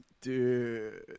Dude